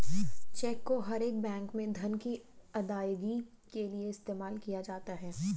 check को हर एक बैंक में धन की अदायगी के लिये इस्तेमाल किया जाता है